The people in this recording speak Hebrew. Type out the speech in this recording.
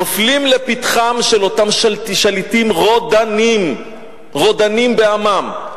נופלים לפתחם של אותם שליטים רודנים, רודנים בעמם,